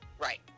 Right